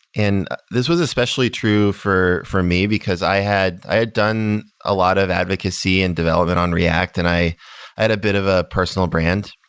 and this was especially true for for me, because i had i had done a lot of advocacy and development on react and i had a bit of a personal brand.